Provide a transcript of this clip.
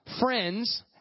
friends